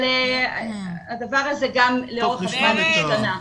אבל הדבר הזה גם לאורך הזמן השתנה.